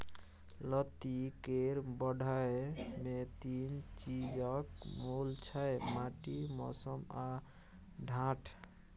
लत्ती केर बढ़य मे तीन चीजक मोल छै माटि, मौसम आ ढाठ